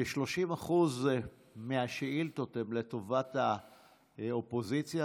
כ-30% מהשאילתות הן לטובת האופוזיציה,